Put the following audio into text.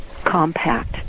Compact